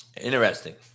interesting